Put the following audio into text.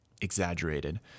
exaggerated